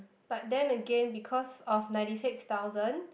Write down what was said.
but then again because of ninety six thousand